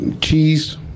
cheese